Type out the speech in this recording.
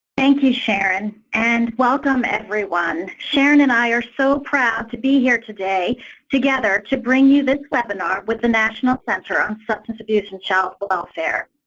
thank you, sharon, and welcome, everyone. sharon and i are so proud to be here today together to bring you this webinar with the national center on substance abuse and child welfare.